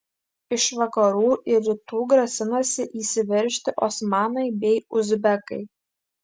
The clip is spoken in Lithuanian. iš vakarų ir rytų grasinasi įsiveržti osmanai bei uzbekai